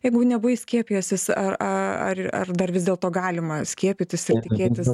jeigu nebuvai skiepijęsis ar ar ar dar vis dėlto galima skiepytis reikia tikėtis